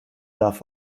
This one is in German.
darf